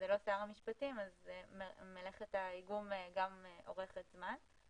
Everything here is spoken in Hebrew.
המשפטים אורכת זמן.